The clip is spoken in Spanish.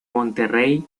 monterrey